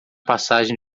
passagem